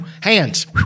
Hands